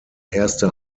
erste